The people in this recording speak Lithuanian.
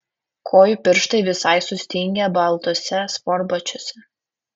kojų pirštai visai sustingę baltuose sportbačiuose